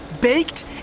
baked